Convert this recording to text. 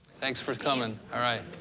thanks for coming. all right.